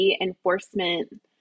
enforcement